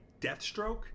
Deathstroke